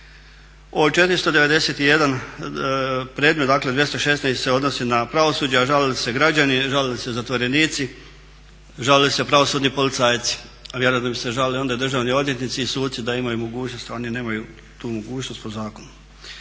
Od 491. predmet, dakle 216. ih se odnosi na pravosuđe, a žalili su se građani, žalili su se zatvorenici, žalili su se pravosudni policajci. Vjerojatno bi se žalili onda i državni odvjetnici i suci da imaju mogućnost, a oni nemaju tu mogućnost po zakonu.